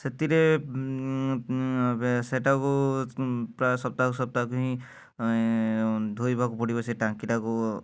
ସେଥିରେ ସେଇଟାକୁ ପ୍ରାୟ ସପ୍ତାହକୁ ସପ୍ତାହକୁ ହିଁ ଧୋଇବାକୁ ପଡ଼ିବ ସେ ଟାଙ୍କିଟାକୁ